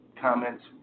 comments